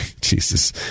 Jesus